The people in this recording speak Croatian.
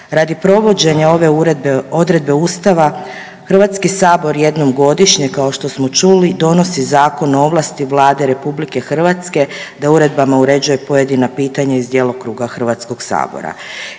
Radi provođenja ove uredbe odredbe Ustava Hrvatski sabor jednom godišnje kao što smo čuli donosi Zakon o ovlasti Vlade RH da uredbama uređuje pojedina pitanja iz djelokruga Hrvatskog sabora.